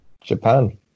Japan